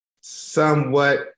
Somewhat